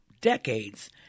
decades